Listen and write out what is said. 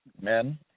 men